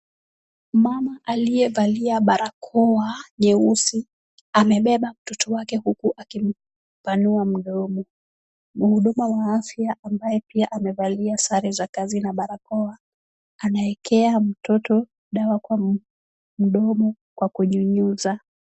Mama aliyevalia barakoa nyeusi amebeba mtoto wake huku akimpanua mdomo. Mhudumu wa afya ambaye pia amevalia sare za kazi na barakoa anaekea mtoto dawa kwa mdomo kwa nyunyuza.